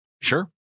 sure